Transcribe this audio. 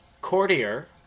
Courtier